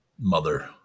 mother